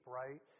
right